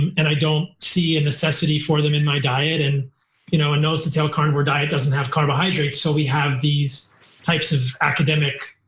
and i don't see a necessity for them in my diet. and you know a nose to tail carnivore diet doesn't have carbohydrates so we have these types of academic